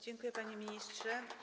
Dziękuję, panie ministrze.